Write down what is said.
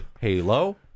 Halo